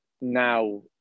now